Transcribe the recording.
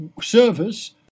service